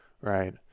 right